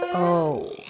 oh,